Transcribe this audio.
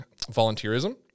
volunteerism